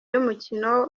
y’umukino